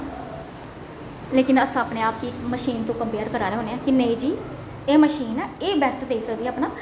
लेकिन अस अपने आप गी इक मशीन तू कंपेयर करा दे होन्ने आं कि नेईं जी एह् मशीन ऐ एह् बैस्ट देई सकदी ऐ अपना